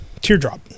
teardrop